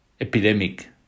epidemic